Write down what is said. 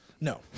No